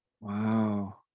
Wow